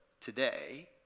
today